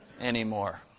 anymore